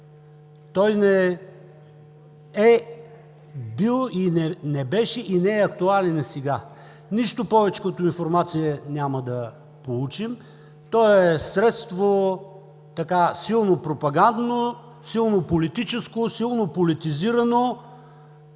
Той не е бил, не беше и не е актуален и сега. Нищо повече като информация няма да получим. Той е средство силно пропагандно, силно политическо, силно политизирано